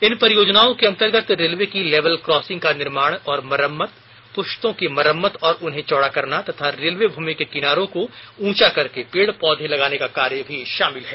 इन परियोजनाओं के अंतर्गत रेलवे की लेवल क्रॉसिंग का निर्माण और मरम्मत पुश्तों की मरम्मत और उन्हें चौड़ा करना तथा रेलवे भूमि के किनारों को ऊंचा करके पेड़ पौधे लगाने को कार्य भी शामिल है